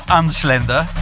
unslender